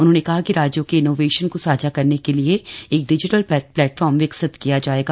उन्होंने कहा कि राज्यों के इनोवेशन को साझा करने के लिए एक डिजिटल प्लेटफार्म विकसित किया जाएगा